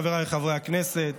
חבריי חברי הכנסת.